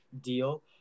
deal